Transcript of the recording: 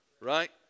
right